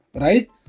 right